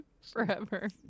forever